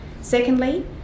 Secondly